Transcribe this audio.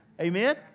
Amen